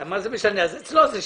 אם אתה משאיר את זה,